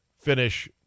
finish